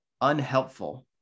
unhelpful